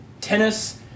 tennis